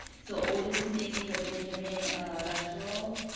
so, all this may be the benjamin latrobe,